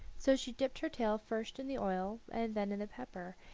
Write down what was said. so she dipped her tail first in the oil and then in the pepper,